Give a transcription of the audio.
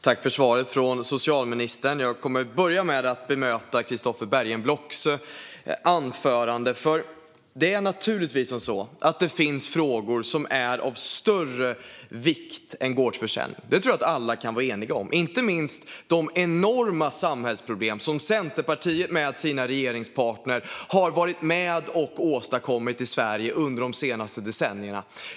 Herr talman! Tack, socialministern, för svaret! Jag kommer att börja med att bemöta Christofer Bergenblocks anförande. Det finns naturligtvis frågor som är av större vikt än gårdsförsäljning. Det tror jag att alla kan vara eniga om. Detta gäller inte minst de enorma samhällsproblem som Centerpartiet med regeringspartner har varit med och åstadkommit i Sverige under de senaste decennierna.